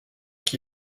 qui